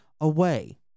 away